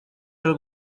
y’u